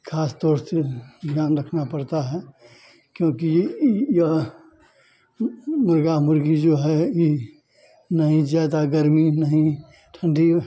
खास तौर से ध्यान रखना पड़ता है क्योंकि यह मुर्गा मुर्गी जो है ई नहीं ज़्यादा गर्मी नहीं ठंडी